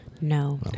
no